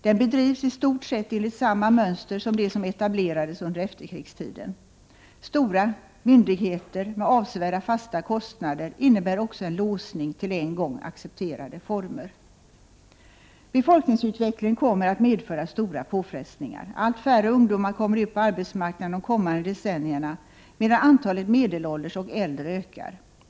Den bedrivs i stort sett enligt samma mönster som det som etablerades under efterkrigstiden. Stora myndigheter med avsevärda fasta kostnader innebär också en låsning till en gång accepterade former. Befolkningsutvecklingen kommer att medföra stora påfrestningar. Allt färre ungdomar kommer ut på arbetsmarknaden de kommande decennierna, medan antalet medelålders och äldre ökar.